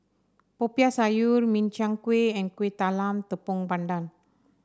Popiah Sayur Min Chiang Kueh and Kueh Talam Tepong Pandan